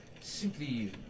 simply